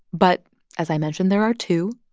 but as i mentioned, there are two.